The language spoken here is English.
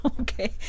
Okay